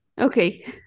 Okay